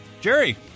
Jerry